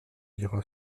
dira